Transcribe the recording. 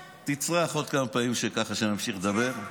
תצרח עוד כמה פעמים ככה כשאני ממשיך לדבר.